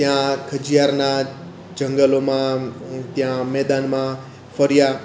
ત્યાં ખજીયારના જંગલોમાં ત્યાં મેદાનમાં ફર્યા